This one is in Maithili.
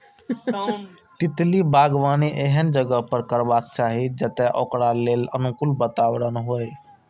तितली बागबानी एहन जगह पर करबाक चाही, जतय ओकरा लेल अनुकूल वातावरण होइ